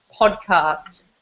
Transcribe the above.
podcast